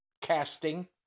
casting